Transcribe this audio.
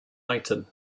item